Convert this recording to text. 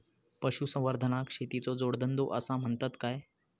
पशुसंवर्धनाक शेतीचो जोडधंदो आसा म्हणतत काय?